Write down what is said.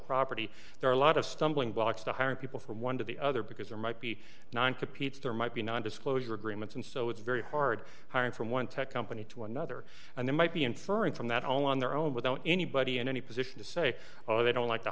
property there are a lot of stumbling blocks to hiring people from one to the other because there might be nine to pete's there might be non disclosure agreements and so it's very hard hiring from one tech company to another and it might be inferring from that all on their own without anybody in any position to say oh they don't like t